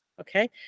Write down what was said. okay